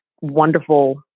wonderful